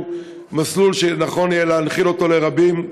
מסלול שנכון יהיה להנחיל אותו לרבים.